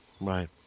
Right